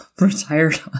retired